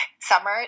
summer